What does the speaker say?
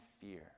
fear